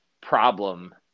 problem